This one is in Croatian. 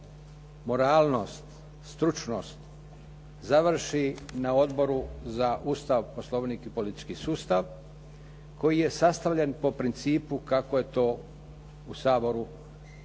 moralnost, strunost, završi na Odboru za Ustav, Poslovnik i politički sustav, koji je sastavljen po principu kako je to u Saboru